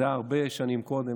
זה היה הרבה שנים קודם,